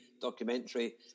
documentary